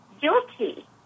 guilty